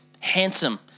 Handsome